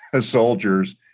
soldiers